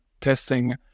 testing